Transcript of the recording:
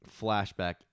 flashback